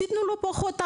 תתנו לו פחות.